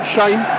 Shame